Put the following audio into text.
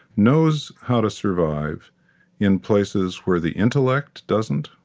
knows how to survive in places where the intellect doesn't,